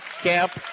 Camp